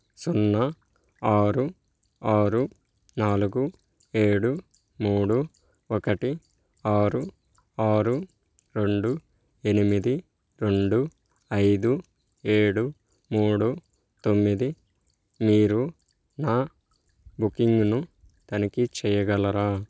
సున్నా ఆరు ఆరు నాలుగు ఏడు మూడు ఒకటి ఆరు ఆరు రెండు ఎనిమిది రెండు ఐదు ఏడు మూడు తొమ్మిది మీరు నా బుకింగును తనిఖీ చేయగలరా